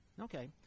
Okay